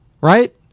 Right